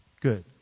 Good